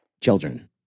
Children